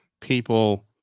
people